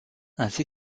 ainsi